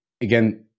again